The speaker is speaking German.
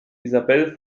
isabel